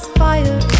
fire